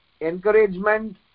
encouragement